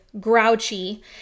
grouchy